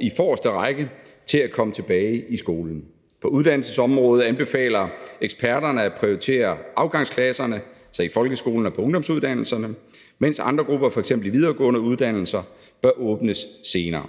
i forreste række til at komme tilbage i skole. På uddannelsesområdet anbefaler eksperterne at prioritere afgangsklasserne i folkeskolerne og på ungdomsuddannelserne, mens andre grupper, f.eks. de videregående uddannelser, bør åbnes senere.